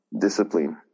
discipline